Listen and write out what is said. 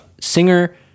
singer